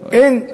אין.